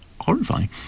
horrifying